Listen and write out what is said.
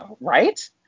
right